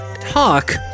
talk